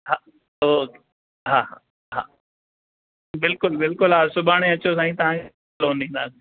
हा ओके हा हा बिल्कुलु बिल्कुलु हा सुभाणे अचो साईं तव्हां लोन ॾींदासीं